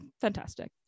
fantastic